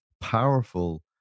powerful